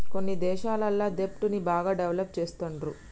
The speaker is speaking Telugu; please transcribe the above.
కొన్ని దేశాలల్ల దెబ్ట్ ని బాగా డెవలప్ చేస్తుండ్రు